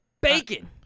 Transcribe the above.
bacon